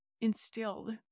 instilled